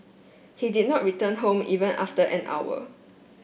he did not return home even after an hour